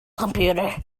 computer